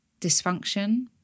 dysfunction